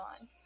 on